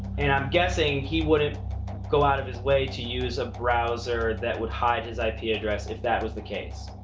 and i'm guessing he wouldn't go out of his way to use a browser that would hide his ip address if that was the case.